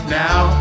now